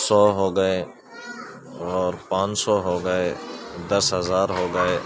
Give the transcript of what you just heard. سو ہو گئے اور پانچ سو ہو گئے دس ہزار ہو گئے